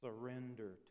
Surrender